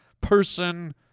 person